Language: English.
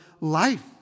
life